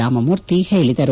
ರಾಮಮೂರ್ತಿ ಹೇಳಿದರು